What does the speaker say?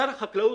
שר החקלאות,